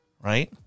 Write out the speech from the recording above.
right